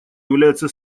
является